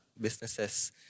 businesses